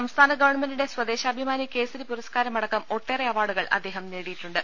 സംസ്ഥാന ഗവൺമെന്റിന്റെ സ്വദേശാഭിമാനി കേസരി പുരസ്കാരമ ടക്കം ഒട്ടേറെ അവാർഡുകൾ അദ്ദേഹം നേടിയിട്ടുണ്ട്